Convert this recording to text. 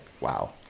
wow